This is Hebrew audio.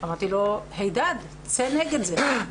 אמרתי לו, הידד, צא נגד זה.